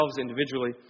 individually